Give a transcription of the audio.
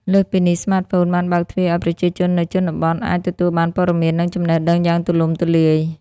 លើសពីនេះ ស្មាតហ្វូនបានបើកទ្វារឲ្យប្រជាជននៅជនបទអាច ទទួលបានព័ត៌មាន និងចំណេះដឹងយ៉ាងទូលំទូលាយ។